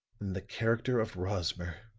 than the character of rosmer.